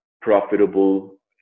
profitable